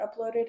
uploaded